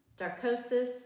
Darkosis